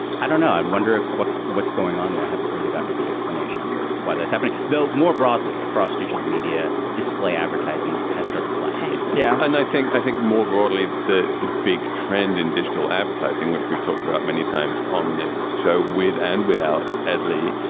i don't know. i wonder if what what's going on there haven't really gotten a good explanation for why that's happening. bill, more broadly across digital media display, advertising has start to flatten yeah yeah out and i think i think more broadly, the the big trend in digital advertising, which we've talked about many times on this show with and without adley,